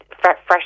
Fresh